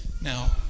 Now